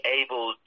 able